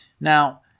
Now